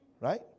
Right